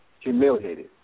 humiliated